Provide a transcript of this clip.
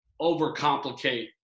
overcomplicate